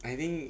I think